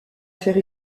faire